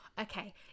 okay